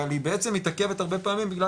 אבל היא בעצם מתעכבת הרבה פעמים בגלל